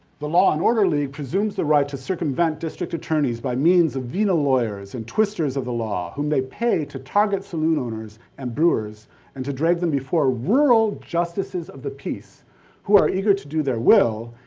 the law and order league presumes the right to circumvent district attorneys by means of venal lawyers and twisters of the law, whom they pay to target saloon owners and brewers and to drag them before rural justices of the peace who are eager to do their will,